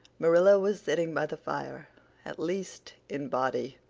marilla was sitting by the fire at least, in body.